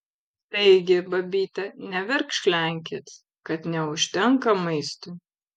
taigi babyte neverkšlenkit kad neužtenka maistui